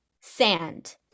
sand